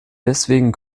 deswegen